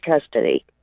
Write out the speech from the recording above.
custody